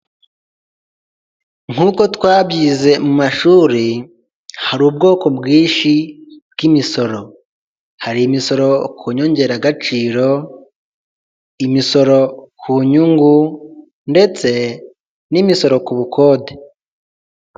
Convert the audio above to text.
Nk'uko twabyize mu mashuri hari ubwoko bwinshi bw'imisoro hari imisoro ku nyongeragaciro imisoro ku nyungu ndetse n'imisoro ku bukode.